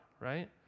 right